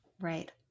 Right